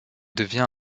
devient